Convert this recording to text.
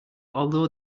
although